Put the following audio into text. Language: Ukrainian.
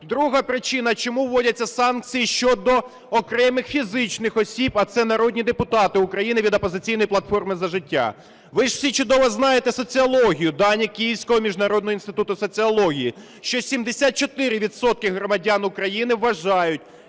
Друга причина, чому вводяться санкції щодо окремих фізичних осіб, а це народні депутати України від "Опозиційної платформи – За життя". Ви ж всі чудово знаєте соціологію, дані Київського міжнародного інституту соціології, що 74 відсотки громадян України вважають,